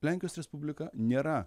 lenkijos respublika nėra